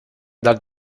dal